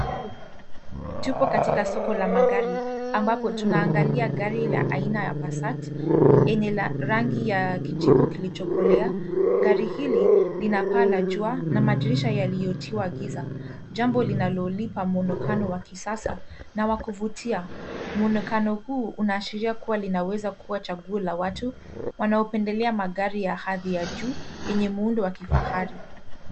Tupo katika soko la magari ambapo tuna angalia gari la aina la Pasat lenye lina rangi ya jivu kilicho kolea, gari hili lina paa la jua na madirisha yalio tiwa giza jambo linalo lipa muonekano wa kisasa na kuvutia. Muonekano huu lina ashiria linaweza kuwa chaguo la watu wanao penda kuangalia magari ya hali ya juu yenye muundo wa kifahari.